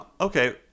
Okay